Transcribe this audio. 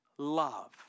love